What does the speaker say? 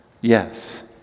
Yes